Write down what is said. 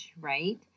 right